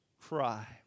cry